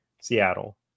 Seattle